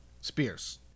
spears